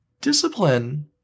Discipline